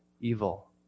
evil